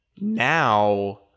now